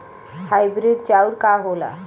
Hybrid चाउर का होला?